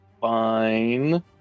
Fine